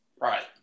Right